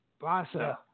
Basa